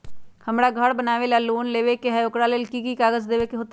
हमरा घर बनाबे ला लोन लेबे के है, ओकरा ला कि कि काग़ज देबे के होयत?